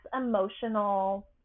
emotional